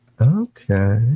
Okay